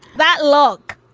that lock?